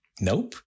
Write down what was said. nope